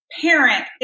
Parent